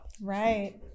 Right